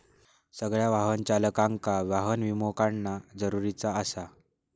सगळ्या वाहन चालकांका वाहन विमो काढणा जरुरीचा आसा